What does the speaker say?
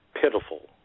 pitiful